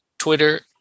Twitter